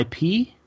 IP